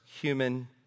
human